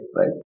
right